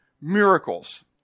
miracles